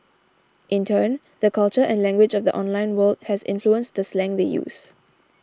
in turn the culture and language of the online world has influenced the slang they use